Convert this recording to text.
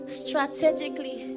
strategically